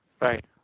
Right